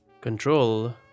Control